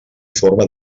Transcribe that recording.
forma